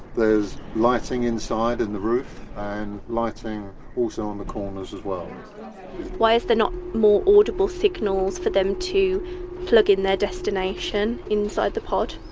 there's lighting inside in the roof and lighting also on the corners as well why is there not more audible signals for them to plug in their destination inside the pod?